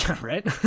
right